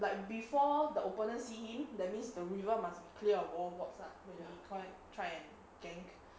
like before the opponent see him that means the river must clear of war warts lah to decoy try try and gang